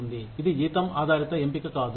ఇది జీతం ఆధారిత ఎంపిక కాదు